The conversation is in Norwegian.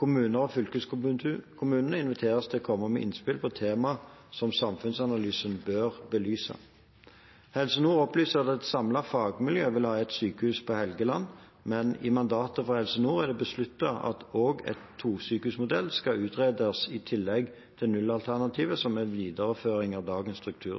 Kommunene og fylkeskommunene inviteres til å komme med innspill til temaer som samfunnsanalysen bør belyse. Helse Nord opplyser at et samlet fagmiljø vil ha ett sykehus på Helgeland, men i mandatet fra Helse Nord er det besluttet at også en tosykehusmodell skal utredes, i tillegg til 0-alternativet, som er en videreføring av dagens struktur.